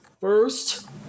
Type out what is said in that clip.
first